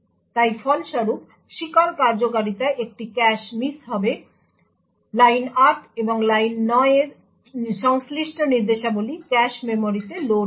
তাই ফলস্বরূপ শিকার কার্যকারিতায় একটি ক্যাশ মিস হবে লাইন 8 এবং লাইন 9 এর সংশ্লিষ্ট নির্দেশাবলী ক্যাশ মেমরিতে লোড হবে